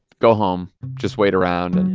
go home. just wait around. and